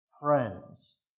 friends